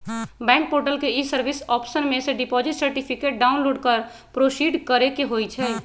bank portal के e service option में से डिपॉजिट सर्टिफिकेट डाउनलोड कर प्रोसीड करेके होइ छइ